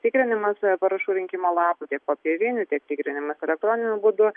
tikrinimas parašų rinkimo lapų tiek popierinių tiek tikrinimas elektroniniu būdu